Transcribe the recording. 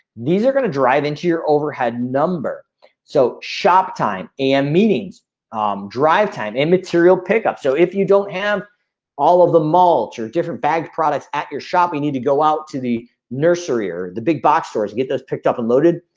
these are gonna drive into your overhead number so shop time and meetings um drive time and material pickup. so if you don't have all of the mulch or different bag products at your shop, you need to go out to the nursery or the big box stores to get those picked up and loaded.